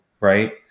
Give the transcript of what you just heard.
right